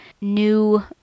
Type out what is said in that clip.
new